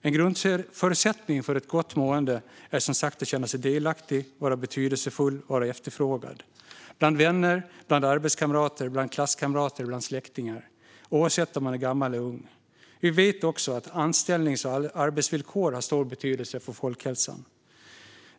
En grundförutsättning för ett gott mående är att känna sig delaktig, vara betydelsefull och vara efterfrågad bland vänner, arbetskamrater, klasskamrater och släktingar - oavsett om man är gammal eller ung. Vi vet också att anställnings och arbetsvillkor har stor betydelse för folkhälsan.